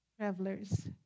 travelers